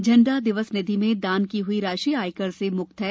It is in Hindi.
झंडा दिवस निधि में दान की हई राशि आयकर से म्क्त है